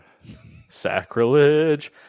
Sacrilege